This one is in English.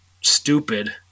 stupid